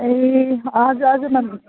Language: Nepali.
ए हजुर हजुर म्याम